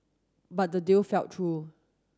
but the deal fell through